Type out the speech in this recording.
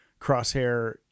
Crosshair